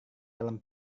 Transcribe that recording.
dalam